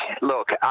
look